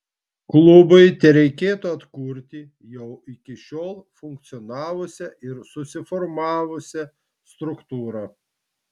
klubui tereikėtų atkurti jau iki šiol funkcionavusią ir susiformavusią struktūrą